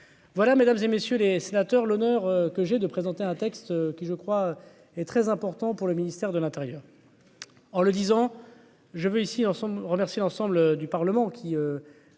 voilà Mesdames et messieurs les sénateurs, l'honneur que j'ai de présenter un texte qui je crois est très important pour le ministère de l'Intérieur en le disant je veux ici dans son remercier l'ensemble du Parlement qui,